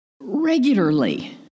regularly